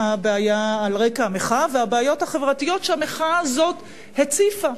המחאה והבעיות החברתיות שהמחאה הזאת הציפה.